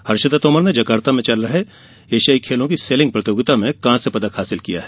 हर्षिता तोमर ने जकार्ता में चल रहे एशियन गेम्स के सेलिंग प्रतियोगिता में कांस्य पदक हासिल किया है